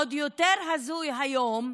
עוד יותר הזוי היום,